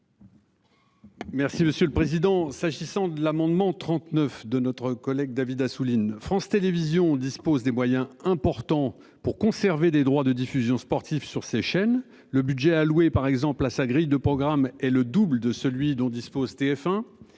Merci monsieur le président. S'agissant de l'amendement 39 de notre collègue David Assouline France Télévision dispose des moyens importants pour conserver des droits de diffusion sportifs sur ces chaînes le budget alloué par exemple à sa grille de programmes et le double de celui dont dispose TF1.